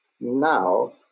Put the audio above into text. Now